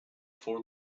four